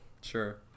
Sure